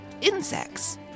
insects